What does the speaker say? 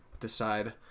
Decide